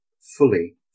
fully